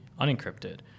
unencrypted